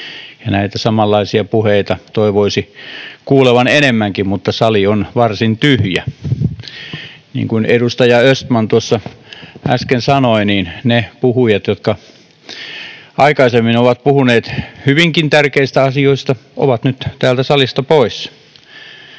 näitä samanlaisia puheita toivoisi kuulevan enemmänkin, mutta sali on varsin tyhjä. Niin kuin edustaja Östman äsken sanoi, ne puhujat, jotka aikaisemmin ovat puhuneet hyvinkin tärkeistä asioista, ovat nyt täältä salista pois.